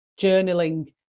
journaling